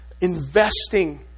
investing